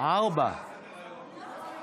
הוסיפו אותו עכשיו.